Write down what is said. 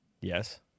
Yes